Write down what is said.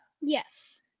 Yes